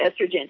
estrogen